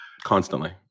Constantly